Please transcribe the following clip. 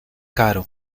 caro